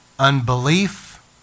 Unbelief